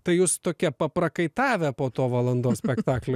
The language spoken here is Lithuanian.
tai jūs tokie paprakaitavę po to valandos spektaklio